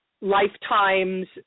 lifetimes